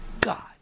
God